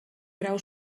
grau